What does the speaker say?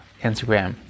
Instagram